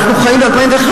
אנחנו חיים ב-2011,